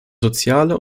soziale